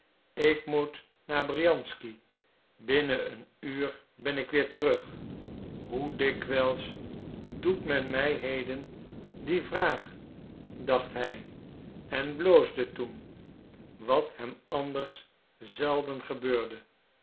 ik moet naar briansky binnen een uur ben ik weer terug hoe dikwijls doet men mij heden die vraag dacht hij en bloosde toen wat hem anders zelden gebeurde